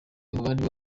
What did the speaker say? muribo